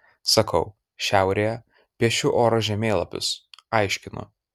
sakau šiaurėje piešiu oro žemėlapius aiškinu